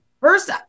first